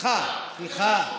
שיישאו משרוקית איתם.